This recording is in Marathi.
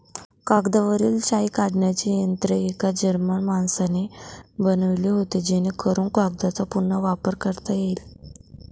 कागदावरील शाई काढण्याचे यंत्र एका जर्मन माणसाने बनवले होते जेणेकरून कागदचा पुन्हा वापर करता येईल